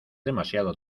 demasiado